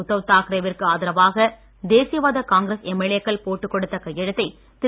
உத்தவ் தாக்கரே விற்கு ஆதரவாக தேசியவாத காங்கிரஸ் எம்எல்ஏ க்கள் போட்டுக் கொடுத்த கையெழுத்தை திரு